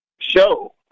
show